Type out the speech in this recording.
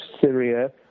Syria